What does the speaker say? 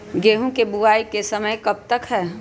गेंहू की बुवाई का समय कब तक है?